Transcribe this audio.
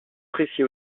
précis